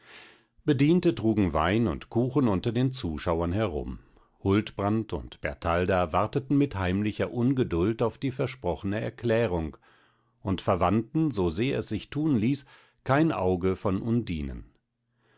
bediente trugen wein und kuchen unter den zuschauern herum huldbrand und bertalda warteten mit heimlicher ungeduld auf die versprochne erklärung und verwandten sosehr es sich tun ließ kein auge von undinen